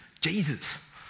Jesus